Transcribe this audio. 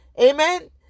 Amen